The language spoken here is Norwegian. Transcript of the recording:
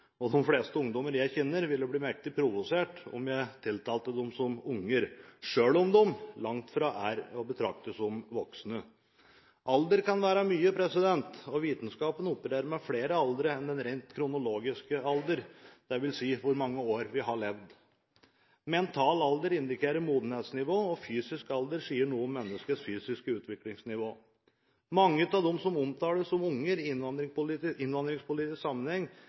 barn. De fleste ungdommer jeg kjenner, ville bli mektig provosert om jeg tiltalte dem som barn – selv om de langt fra er å betrakte som voksne. Alder kan være mye, og vitenskapen opererer med flere aldre enn den rent kronologiske alder, dvs. hvor mange år vi har levd. Mental alder indikerer modenhetsnivå, og fysisk alder sier noe om menneskets fysiske utviklingsnivå. Mange av dem som omtales som barn i innvandringspolitisk sammenheng,